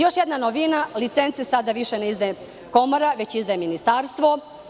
Još jedna novina, licence sada više ne izdaje komora, već izdaje ministarstvo.